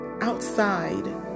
outside